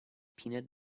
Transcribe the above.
peanut